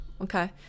Okay